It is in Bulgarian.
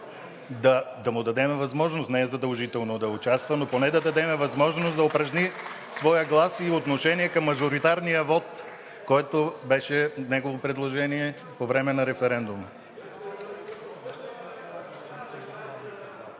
Да му дадем възможност. Не е задължително да участва, но поне да му дадем възможност да упражни своя глас и отношение към мажоритарния вот, който беше негово предложение по време на референдума.